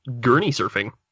gurney-surfing